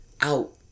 out